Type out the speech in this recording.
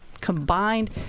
combined